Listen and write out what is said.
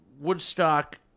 Woodstock